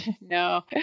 No